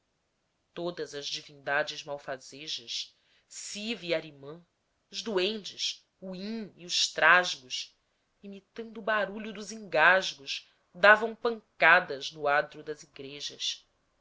todas as divindades malfazejas siva e arimã os duendes o in e os trasgos imitando o barulho dos engasgos davam pancadas no adro das igrejas